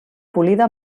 polida